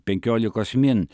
penkiolikos min